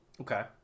Okay